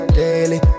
daily